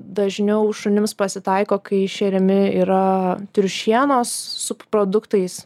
dažniau šunims pasitaiko kai šeriami yra triušienos subproduktais